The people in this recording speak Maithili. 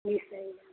जी सर